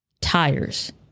tires